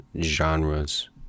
genres